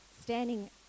standing